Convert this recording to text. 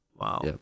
Wow